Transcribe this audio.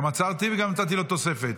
גם עצרתי וגם נתתי לו תוספת.